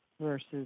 versus